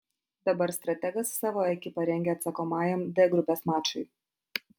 dabar strategas savo ekipą rengia atsakomajam d grupės mačui